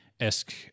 esque